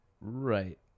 Right